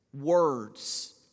words